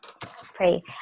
pray